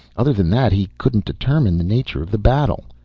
other than that he couldn't determine the nature of the battle.